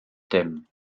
dim